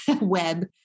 web